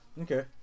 Okay